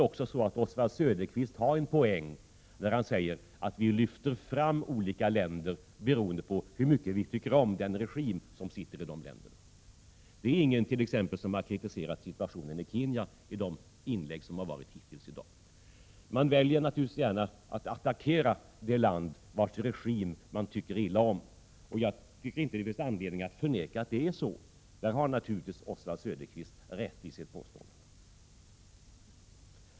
Oswald Söderqvist tar en poäng när han säger att vi lyfter fram olika länder beroende på hur mycket vi tycker om den regim som styr de länderna. Ingen har t.ex. kritiserat situationen i Kenya i de inlägg som gjorts hittills i dag. Man väljer naturligtvis gärna att attackera det land vars regim man tycker illa om. Jag tycker inte det finns anledning att förneka att det är så. Där har Oswald Söderqvist rätt i sitt påstående.